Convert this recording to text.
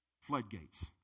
Floodgates